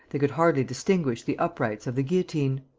they could hardly distinguish the uprights of the guillotine.